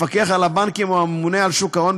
המפקח על הבנקים או הממונה על שוק ההון,